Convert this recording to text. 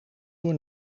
door